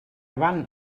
van